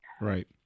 Right